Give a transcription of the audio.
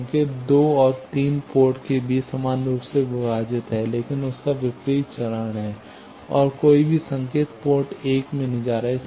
संकेत दो 2 और 3 पोर्ट के बीच समान रूप से विभाजित है लेकिन उनका विपरीत चरण है और कोई भी संकेत पोर्ट 1 में नहीं जा रहा है